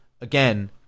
again